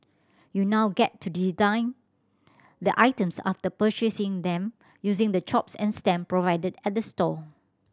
you now get to design the items after purchasing them using the chops and stamp provided at the store